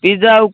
pizza ଆଉ